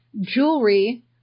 jewelry